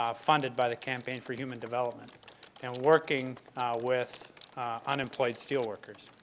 ah funded by the campaign for human development and working with unemployed steel workers.